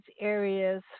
areas